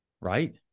right